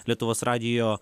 lietuvos radijo